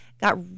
got